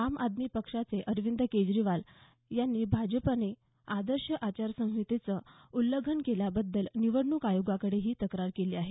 आम आदमी पक्षाचे अरविंद केजरीवाल यांनी भाजपने आदर्श आचारसंहितेचे उल्लंघन केल्याबद्दल निवडणूक आयोगाकडेही तक्रार केली आहे